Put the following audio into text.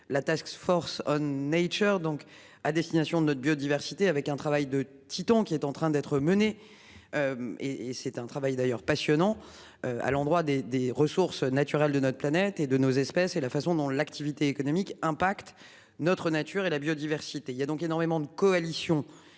la task force nature donc à destination de notre biodiversité avec un travail de titan qui est en train d'être menée. Et et c'est un travail et d'ailleurs passionnant. À l'endroit des des ressources naturelles de notre planète et de nos espèces et la façon dont l'activité économique impacte notre nature et la biodiversité. Il a donc énormément de coalition.